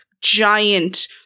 giant